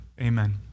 Amen